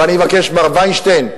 ואני מבקש: מר וינשטיין,